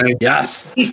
Yes